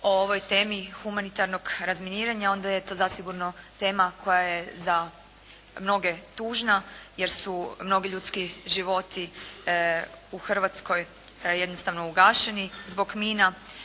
o ovoj temi humanitarnog razminiranja onda je to zasigurno tema koja je za mnoge tužna jer su mnogi ljudski životi u Hrvatskoj jednostavno ugašeni zbog mina.